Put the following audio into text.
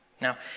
Now